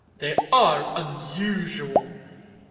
they are unusual.